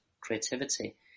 creativity